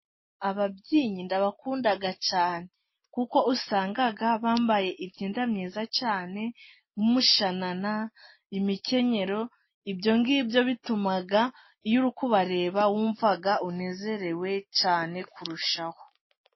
Ababyinnyi ndabakunda cyane, kuko usanga bambaye ibyenda mwiza cyane nk' umushanana, imikenyero, ibyo ngibyo bituma iyo uri kubareba wumva unezerewe cyane kurushaho.